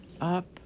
Up